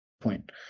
point